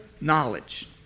knowledge